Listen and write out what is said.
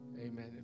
Amen